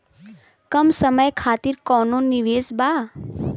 कम समय खातिर कौनो निवेश बा?